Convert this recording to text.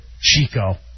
Chico